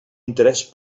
interès